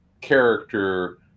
character